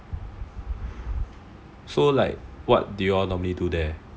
so like what do you all normally do there